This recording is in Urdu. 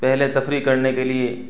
پہلے تفریح کرنے کے لیے